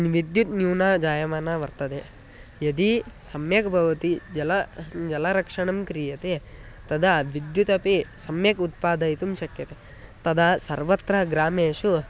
विद्युत् न्यूना जायमाना वर्तते यदि सम्यक् भवति जलं जलरक्षणं क्रियते तदा विद्युत् अपि सम्यक् उत्पादयितुं शक्यते तदा सर्वत्र ग्रामेषु